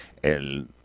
El